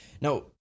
Now